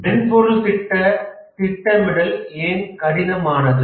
மென்பொருள் திட்ட திட்டமிடல் ஏன் கடினமானது